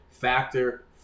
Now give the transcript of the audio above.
factor